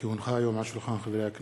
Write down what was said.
כי הונחה היום על שולחן הכנסת,